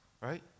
right